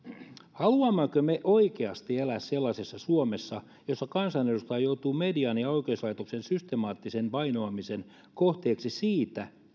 haluammeko me oikeasti elää sellaisessa suomessa jossa kansanedustaja joutuu median ja oikeuslaitoksen systemaattisen vainoamisen kohteeksi siitä